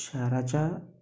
शाराच्या